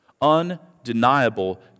undeniable